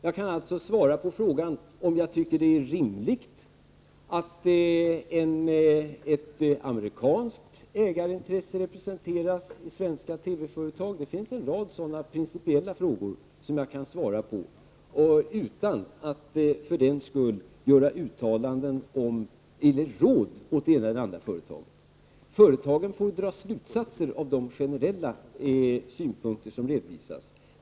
Jag kan alltså svara på frågan om jag tycker att det är rimligt att ett amerikanskt ägarintresse representeras i svenska TV-företag. Det finns en rad sådana principiella frågor som jag kan svara på utan att för den skull ge råd åt något företag. Företagen får dra slutsatser av de generella synpunkter som redovisas.